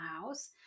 house